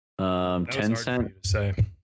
Tencent